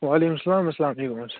وعلیکُم سلام اسلام علیکُم حظ